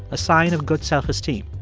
a sign of good self-esteem.